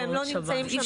והם לא נמצאים שם,